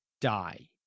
die